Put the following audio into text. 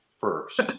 first